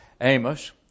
Amos